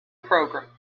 program